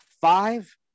five